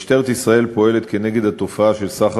1. משטרת ישראל פועלת כנגד התופעה של סחר